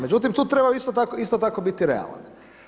Međutim, tu treba isto tako biti realan.